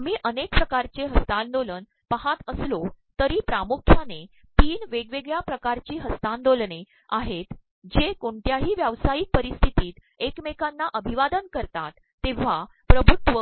आम्ही अनेक िकारचे हस्त्तांदोलन पाहत असलो तरी िामख्ु याने तीन वेगवेगळ्या िकारची हस्त्तांदोलने आहेत जे कोणत्याही व्यावसातयक पररप्स्त्र्तीत एकमेकांना अमभवादन करतात तेव्हा िभुत्व